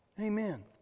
Amen